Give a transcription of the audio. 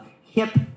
hip